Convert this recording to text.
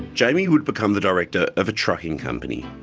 jamie would become the director of a trucking company.